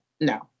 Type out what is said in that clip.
No